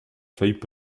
feuilles